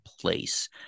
place